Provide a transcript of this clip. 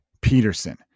Peterson